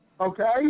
Okay